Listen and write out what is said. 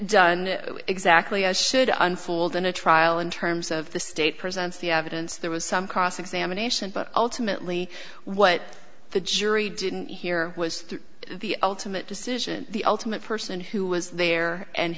done exactly as should unfold in a trial in terms of the state presents the evidence there was some cross examination but ultimately what the jury didn't hear was the ultimate decision the ultimate person who was there and